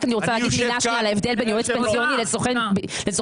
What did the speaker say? אני רוצה לומר מילה על ההבדל בין יועץ פנסיוני לסוכן ביטוח.